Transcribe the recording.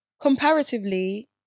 comparatively